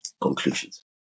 conclusions